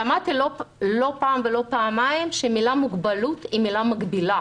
שמעתי לא פעם שהמילה "מוגבלות" היא מילה מגבילה